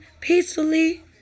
peacefully